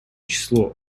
число